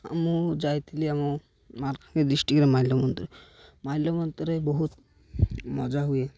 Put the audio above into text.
ମୁଁ ଯାଇଥିଲି ଆମ ମାଲକାନଗିରି ଡିଷ୍ଟ୍ରିକ୍ଟରେ ମାଲ୍ୟବନ୍ତ ମାଲ୍ୟାବନ୍ତରେ ବହୁତ ମଜା ହୁଏ